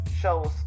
shows